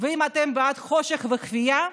אם אתם בעד חושך וכפייה,